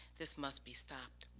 this must be stopped.